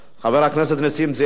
חבר הכנסת נסים זאב,